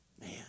Man